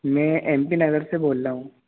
मै M P Nagar से बोल रहा हूँ